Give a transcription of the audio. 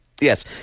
Yes